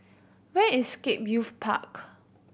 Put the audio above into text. where is Scape Youth Park